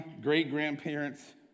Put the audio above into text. great-grandparents